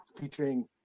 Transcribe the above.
featuring